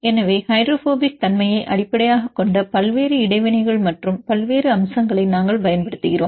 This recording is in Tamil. எனவே ஹைட்ரோபோபிக் தன்மையை அடிப்படையாகக் கொண்ட பல்வேறு இடைவினைகள் மற்றும் பல்வேறு அம்சங்களை நாங்கள் பயன்படுத்துகிறோம்